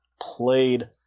played